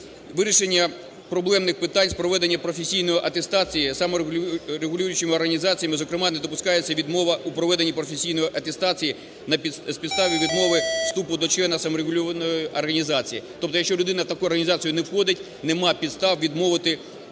Вирішення проблемних питань з проведення професійної атестації саморегулюючими організаціями, зокрема не допускається відмова у проведення професійної атестації з підстави відмови вступу до члена саморегульованої організації. Тобто, якщо людина в таку організацію не входить, нема підстав відмовити такій